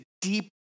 deep